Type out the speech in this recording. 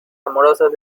amorosas